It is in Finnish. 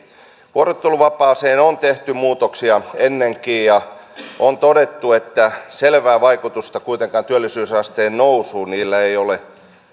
vuorotteluvapaaseen on tehty muutoksia ennenkin on todettu että selvää vaikutusta kuitenkaan työllisyysasteen nousuun niillä ei ole